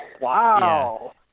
Wow